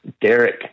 Derek